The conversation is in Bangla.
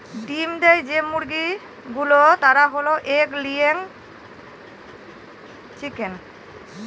ডিম দেয় যে মুরগি গুলো তারা হল এগ লেয়িং চিকেন